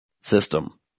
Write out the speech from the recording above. system